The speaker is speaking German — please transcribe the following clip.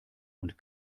und